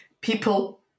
People